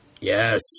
Yes